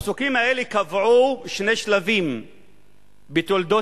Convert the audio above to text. הפסוקים האלה קבעו שני שלבים בתולדות